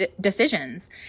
decisions